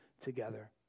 together